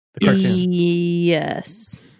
Yes